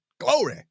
Glory